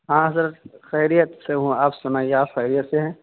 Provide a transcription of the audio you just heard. ہاں حضرت خیریت سے ہوں آپ سنائیے آپ خیریت سے ہیں